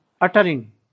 uttering